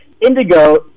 Indigo